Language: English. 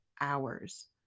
hours